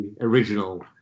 original